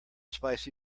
spicy